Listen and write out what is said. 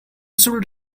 should